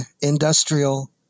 industrial